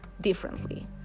differently